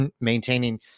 maintaining